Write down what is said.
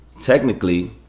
Technically